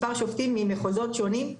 מספר שופטים ממחוזות שונים,